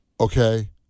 Okay